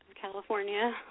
California